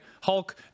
Hulk